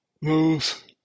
moves